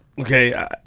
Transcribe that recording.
Okay